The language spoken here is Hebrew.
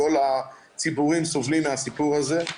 כל הציבורים סובלים מהסיפור הזה.